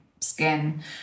skin